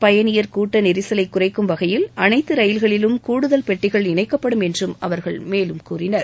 பயனியர் கூட்ட நெரிசலை குறைக்கும் வகையில் அனைத்து ரயில்களிலும் கூடுதல் பெட்டிகள் இணைக்கப்படும் என்றும அவர்கள் மேலும் கூறினர்